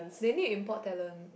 they need import talent